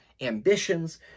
ambitions